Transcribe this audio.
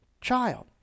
child